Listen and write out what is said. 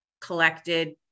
collected